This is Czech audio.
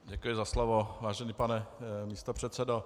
Děkuji za slovo, vážený pane místopředsedo.